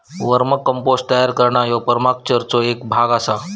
वर्म compost तयार करणा ह्यो परमाकल्चरचो एक भाग आसा